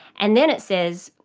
and then it says,